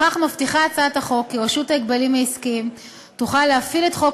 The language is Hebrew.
בכך מבטיחה הצעת החוק כי רשות ההגבלים העסקיים תוכל להפעיל את חוק